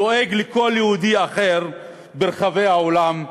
דואג לכל יהודי אחר ברחבי העולם,